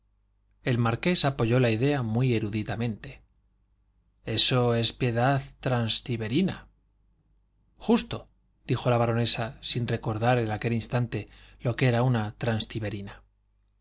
el marqués apoyó la idea muy eruditamente eso es piedad de transtiberina justo dijo la baronesa sin recordar en aquel instante lo que era una transtiberina